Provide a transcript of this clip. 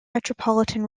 metropolitan